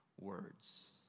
words